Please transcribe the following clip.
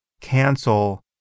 cancel